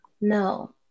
No